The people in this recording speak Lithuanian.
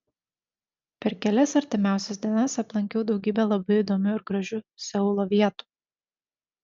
per kelias artimiausias dienas aplankiau daugybę labai įdomių ir gražių seulo vietų